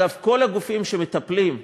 אגב, כל הגופים שמטפלים,